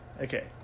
Okay